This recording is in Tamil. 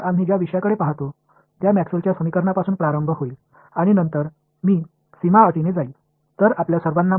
எனவே நாம் பார்க்கும் தலைப்புகள் மேக்ஸ்வெல்லின் Maxwell's சமன்பாடுகளிலிருந்து தொடங்கி பின்னர் பௌண்டரி கண்டிஷன்ஸ் செல்கிறோம்